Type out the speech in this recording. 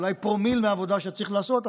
אולי פרומיל מהעבודה שצריך לעשות,